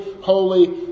holy